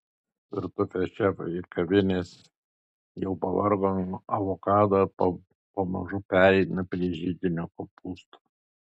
virtuvės šefai ir kavinės jau pavargo nuo avokado ir pamažu pereina prie žiedinio kopūsto